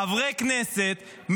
חברי כנסת,